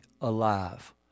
alive